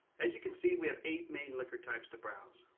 as you can see, we have eight main liquor types to browse.